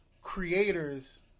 Creators